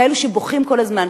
כאלה שבוכים כל הזמן,